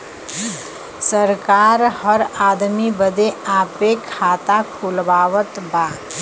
सरकार हर आदमी बदे आपे खाता खुलवावत बा